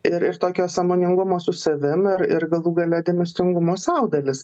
ir ir tokio sąmoningumo su savim ir ir galų gale dėmesingumo sau dalis